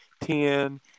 ten